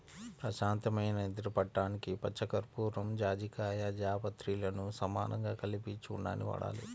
ప్రశాంతమైన నిద్ర పట్టడానికి పచ్చకర్పూరం, జాజికాయ, జాపత్రిలను సమానంగా కలిపిన చూర్ణాన్ని వాడాలి